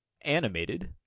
Animated